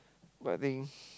but I think